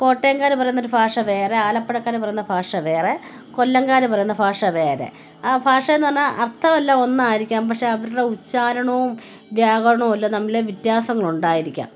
കോട്ടയംകാർ പറയുന്നൊരു ഭാഷ വേറെ ആലപ്പുഴക്കാർ പറയുന്ന ഭാഷ വേറെ കൊല്ലംകാർ പറയുന്ന ഭാഷ വേറെ ആ ഭാഷയെന്ന് പറഞ്ഞാൽ അർത്ഥം എല്ലാം ഒന്നായിരിക്കാം പക്ഷെ അവരുടെ ഉച്ചാരണവും വ്യാകരണവും എല്ലാം തമ്മിൽ വ്യത്യാസങ്ങൾ ഉണ്ടായിരിക്കാം